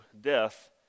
death